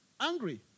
angry